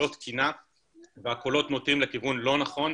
לא תקינה והקולות נוטים לכיוון לא נכון,